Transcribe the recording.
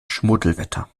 schmuddelwetter